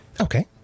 Okay